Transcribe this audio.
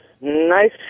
Nice